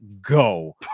go